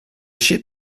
ship